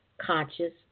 conscious